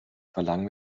verlangen